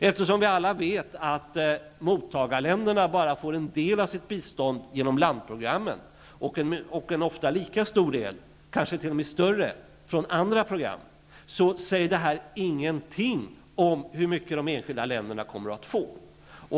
Eftersom vi vet att mottagarländerna bara får en del av sitt bistånd genom landprogrammen och ofta en lika stor del, kanske t.o.m. större, från andra program, säger detta ingenting om hur mycket de enskilda länderna kommer att få.